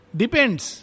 depends